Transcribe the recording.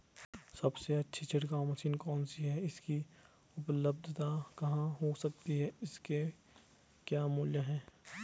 सबसे अच्छी छिड़काव मशीन कौन सी है इसकी उपलधता कहाँ हो सकती है इसके क्या मूल्य हैं?